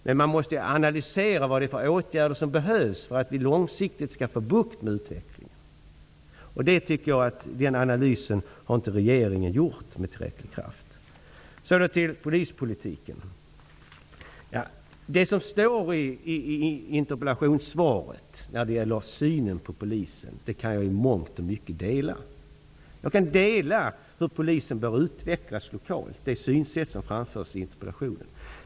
Men man måste analysera, för att se vilka åtgärder som behövs för att långsiktigt få bukt med denna utveckling. Den analysen har inte regeringen gjort med tillräcklig kraft. Jag vill ta upp polispolitiken. Det som står i interpellationssvaret när det gäller synen på polisen har jag i mångt och mycket samma uppfattning om, exempelvis det som framförs om hur polisen bör utvecklas lokalt.